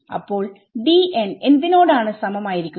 അപ്പോൾ എന്തിനോടാണ് സമം ആയിരിക്കുന്നത്